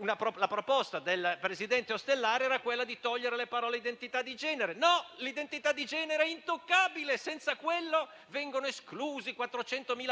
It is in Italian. La proposta del presidente Ostellari, ad esempio, era quella di togliere le parole «identità di genere». No, l'identità di genere è intoccabile: senza questo riferimento verrebbero escluse 400.000 persone.